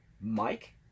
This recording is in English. mike